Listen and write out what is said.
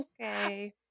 okay